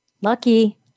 Lucky